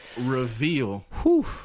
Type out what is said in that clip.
reveal